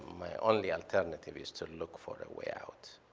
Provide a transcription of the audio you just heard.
my only alternative is to look for a way out.